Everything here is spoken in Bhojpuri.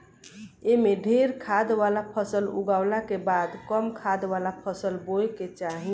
एमे ढेरे खाद वाला फसल उगावला के बाद कम खाद वाला फसल बोए के चाही